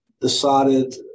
decided –